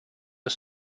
are